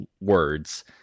words